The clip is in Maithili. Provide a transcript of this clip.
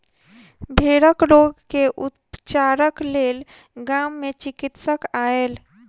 भेड़क रोग के उपचारक लेल गाम मे चिकित्सक आयल